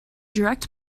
direct